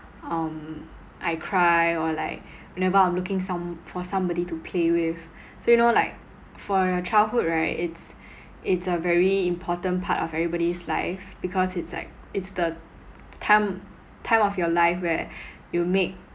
um I cry or like whenever I'm looking some for somebody to play with so you know like for childhood right it's it's a very important part of everybody's life because it's like it's the time time of your life where you make